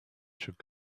should